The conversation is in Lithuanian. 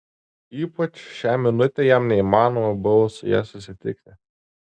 ypač šią minutę jam neįmanoma buvo su ja susitikti